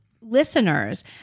listeners